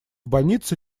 больнице